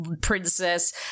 princess